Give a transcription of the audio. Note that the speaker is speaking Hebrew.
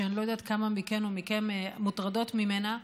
שאני לא יודעת כמה מכם ומכן מוטרדות ממנה,